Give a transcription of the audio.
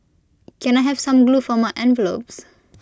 can I have some glue for my envelopes